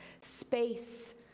space